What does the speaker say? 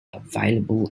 available